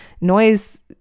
noise